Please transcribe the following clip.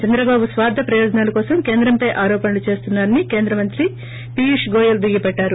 చంద్రబాబు స్పార్థ ప్రయోజనాల కోసం కేంద్రంపై ఆరోపణలను చేస్తున్నా రని కేంద్ర మంత్రి పీయూష్ గోయల్ దుయ్యబట్టారు